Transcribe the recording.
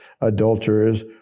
adulterers